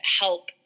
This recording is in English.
help